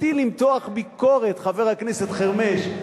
זכותי למתוח ביקורת, חבר הכנסת חרמש.